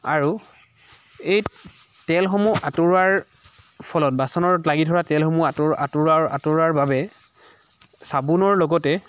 আৰু এই তেলসমূহ আঁতৰোৱাৰ ফলত বাচনত লাগি থকা তেলসমূহ আঁতৰোৱা আঁতৰোৱাৰ আঁতৰোৱাৰ বাবে চাবোনৰ লগতে